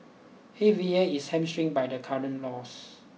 A V A is hamstrung by the current laws